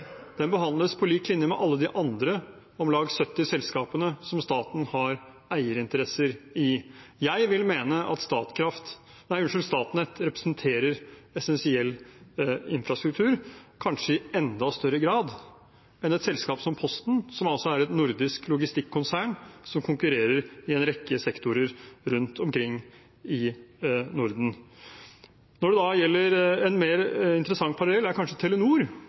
Den behandles på lik linje med alle de andre om lag 70 selskapene som staten har eierinteresser i. Jeg vil mene at Statnett representerer essensiell infrastruktur kanskje i enda større grad enn et selskap som Posten, som er et nordisk logistikkonsern som konkurrerer i en rekke sektorer rundt omkring i Norden. En mer interessant parallell er kanskje Telenor,